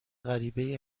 غریبهای